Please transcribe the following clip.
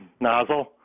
nozzle